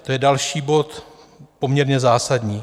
To je další bod poměrně zásadní.